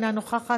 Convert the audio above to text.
אינה נוכחת.